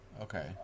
okay